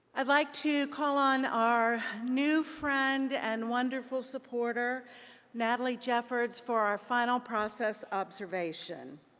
i'd like to call on our new friend and wonderful support er natalie jeffers for our final process observation.